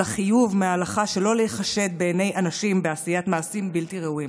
על החיוב מההלכה שלא להיחשד בעיני אנשים בעשיית מעשים בלתי ראויים.